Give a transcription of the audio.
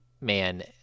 man